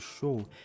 show